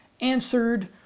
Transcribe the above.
answered